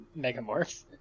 Megamorph